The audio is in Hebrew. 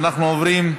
אנחנו עוברים,